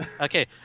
Okay